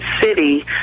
city